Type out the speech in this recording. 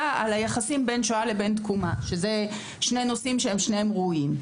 על היחסים בין שואה לבין תקומה שאלה שני נושאים ששניהם ראויים.